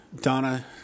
Donna